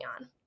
on